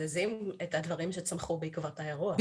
מקזזים את הדברים שצמחו בעקבות האירוע.